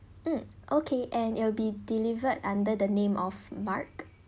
mm okay and it'll be delivered under the name of mark